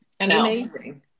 Amazing